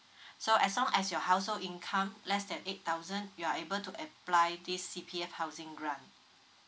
so as long as your household income less than eight thousand you are able to apply this C_P_F housing grant